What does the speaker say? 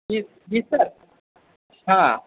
जी जी सर हँ